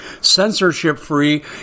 censorship-free